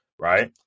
right